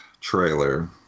trailer